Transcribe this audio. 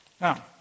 Now